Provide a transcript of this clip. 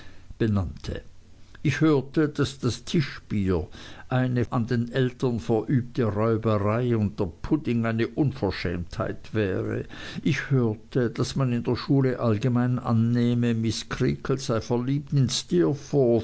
benannte ich hörte daß das tischbier eine an den eltern verübte räuberei und der pudding eine unverschämtheit wäre ich hörte daß man in der schule allgemein annehme miß creakle sei verliebt